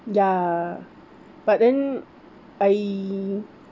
ya but then I